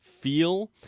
feel